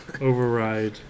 override